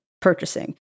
purchasing